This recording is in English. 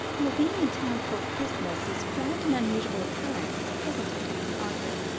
your being in town for christmas is quite an unusual occurrence, isn't it, cousin arthur?